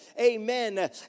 Amen